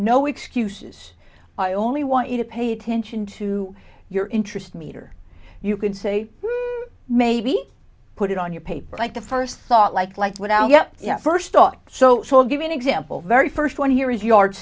no excuses i only want you to pay attention to your interest meter you can say maybe put it on your paper like the first thought like like without yeah yeah first thought so well give me an example very first one here is yard